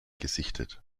gesichtet